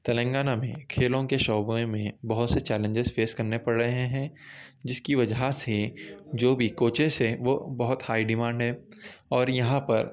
تلنگانہ میں کھیلوں کے شعبے میں بہت سے چیلنجز فیس کرنے پڑ رہے ہیں جس کی وجہ سے جو بھی کوچیز ہیں وہ بہت ہائی ڈیمانڈ ہیں اور یہاں پر